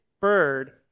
bird